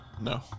No